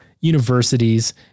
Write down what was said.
universities